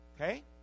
okay